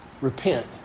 repent